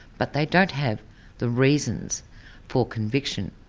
but they don't have the reasons for conviction